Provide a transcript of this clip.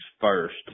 first